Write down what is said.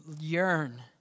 yearn